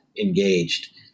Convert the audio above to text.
engaged